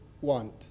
want